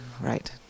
right